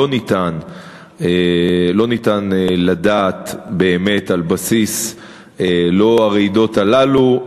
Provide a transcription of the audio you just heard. לא ניתן לדעת באמת, על בסיס הרעידות הללו,